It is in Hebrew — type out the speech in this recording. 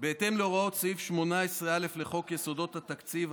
בהתאם להוראות סעיף 18(א) לחוק יסודות התקציב,